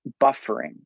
buffering